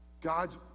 God's